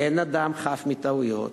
אין אדם חף מטעויות,